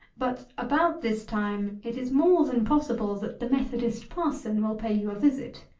but about this time, it is more than possible that the methodist parson will pay you a visit.